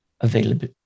available